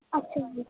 ਅੱਛਾ ਜੀ